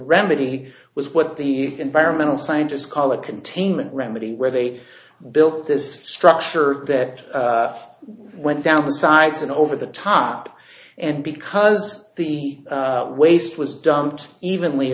remedy was what the environmental scientists call a containment remedy where they built this structure that went down the sides and over the top and because the waste was dumped evenly